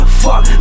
fuck